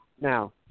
Now